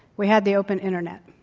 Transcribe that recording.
we had the open internet.